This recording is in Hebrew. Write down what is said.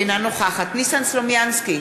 אינה נוכחת ניסן סלומינסקי,